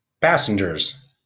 Passengers